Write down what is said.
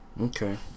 Okay